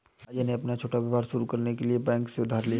अजय ने अपना छोटा व्यापार शुरू करने के लिए बैंक से उधार लिया